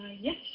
Yes